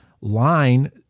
line